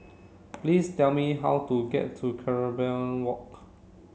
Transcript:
please tell me how to get to Walk